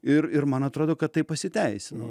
ir ir man atrodo kad tai pasiteisino